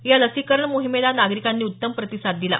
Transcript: या लसीकरण मोहिमेला नागरिकांनी उत्तम प्रतिसाद दिला